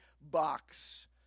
box